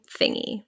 thingy